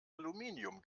aluminium